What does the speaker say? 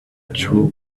true